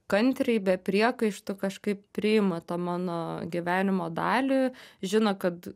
kantriai be priekaištų kažkaip priima tą mano gyvenimo dalį žino kad